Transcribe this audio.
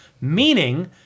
Meaning